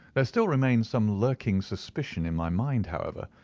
there still remained some lurking suspicion in my mind, however,